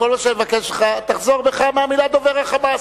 כל מה שאני מבקש ממך: תחזור בך מהמלים: דובר ה"חמאס".